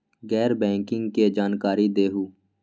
गैर बैंकिंग के जानकारी दिहूँ?